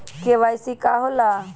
KYC का होला?